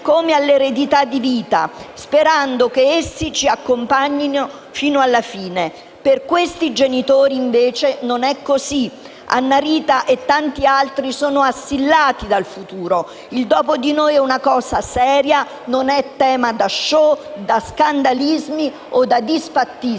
come all'eredità di vita, sperando che essi ci accompagnino fino alla fine. Per questi genitori, invece, non è così. Annarita e tanti altri sono assillati dal futuro. Il "dopo di noi" è una cosa seria e non è tema da *show*, da scandalismi o disfattismi,